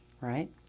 Right